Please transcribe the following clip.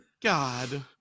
God